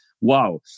Wow